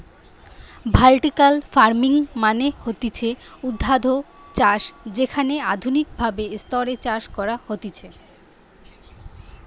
vertical farming মানে হতিছে ঊর্ধ্বাধ চাষ যেখানে আধুনিক ভাবে স্তরে চাষ করা হতিছে